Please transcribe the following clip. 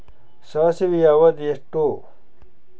ಸಾಸಿವೆಯ ಅವಧಿ ಎಷ್ಟು?